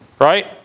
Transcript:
Right